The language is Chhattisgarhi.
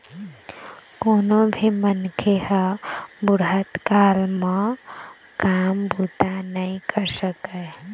कोनो भी मनखे ह बुढ़त काल म काम बूता नइ कर सकय